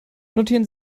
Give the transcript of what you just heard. notieren